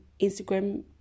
Instagram